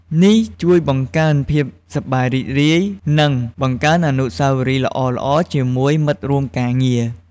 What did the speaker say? នេះជួយបង្កើនភាពសប្បាយរីករាយ និងបង្កើតអនុស្សាវរីយ៍ល្អៗជាមួយមិត្តរួមការងារ។